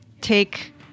take